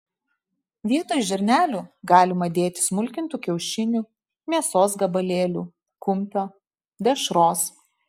vietoj žirnelių galima dėti smulkintų kiaušinių mėsos gabalėlių kumpio dešros